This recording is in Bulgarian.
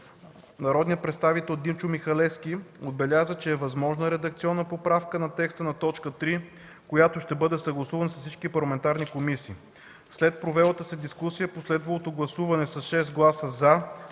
Народният представител Димчо Михалевски отбеляза, че е възможна редакционна поправка на текста на т. 3, която ще бъде съгласувана с всички парламентарни комисии. След провелата се дискусия и последвалото гласуване, с 6 гласа „за”,